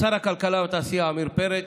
לשר הכלכלה והתעשייה עמיר פרץ,